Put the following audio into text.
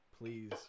please